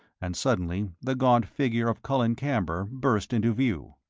and suddenly the gaunt figure of colin camber burst into view.